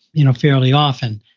you know, fairly often.